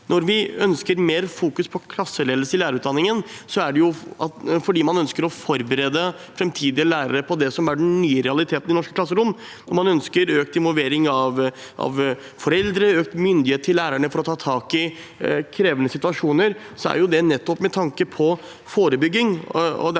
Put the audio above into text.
Når vi ønsker mer vektlegging av klasseledelse i lærerutdanningen, er det fordi man ønsker å forberede framtidige lærere på det som er den nye realiteten i norske klasserom. Når man ønsker økt involvering av foreldre og økt myndighet til lærerne slik at de kan ta tak i krevende situasjoner, er det nettopp med tanke på forebygging.